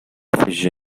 fission